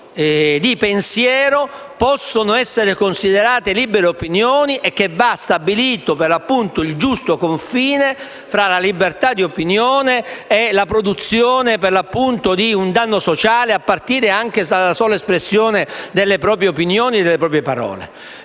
di pensiero possono essere considerate libere opinioni e va stabilito il giusto confine fra la libertà di opinione e la produzione di un danno sociale, a partire anche dalla semplice espressione delle proprie opinioni e parole.